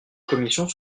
commission